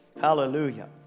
Hallelujah